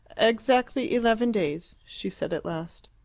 exactly eleven days, she said at last.